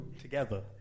together